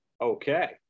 Okay